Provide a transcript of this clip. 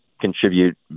contribute